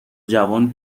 جوان